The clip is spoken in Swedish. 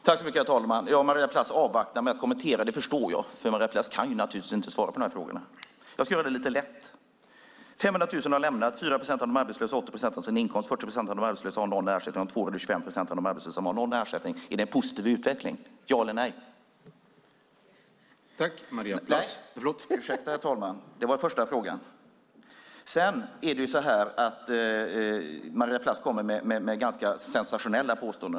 Herr talman! Att Maria Plass avvaktar med att kommentera förstår jag. Maria Plass kan naturligtvis inte svara på de ställda frågorna. Men jag ska göra det ganska lätt: 500 000 har lämnat försäkringen, 4 procent av de arbetslösa har 80 procent av sin inkomst, 40 procent av de arbetslösa har någon sorts ersättning och om två år har 25 procent av de arbetslösa någon sorts ersättning - är det en positiv utveckling, ja eller nej? Det är min första fråga. Maria Plass kommer med ett ganska sensationellt påstående.